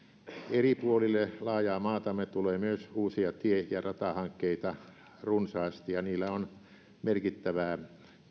eri puolille laajaa maatamme tulee myös uusia tie ja ratahankkeita runsaasti ja niillä on merkittävää